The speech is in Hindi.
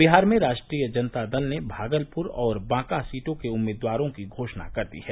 बिहार में राष्ट्रीय जनता दल ने भागलपुर और बांका सीटों के उम्मीदवारों की घोषणा कर दी है